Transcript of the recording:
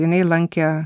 jinai lankė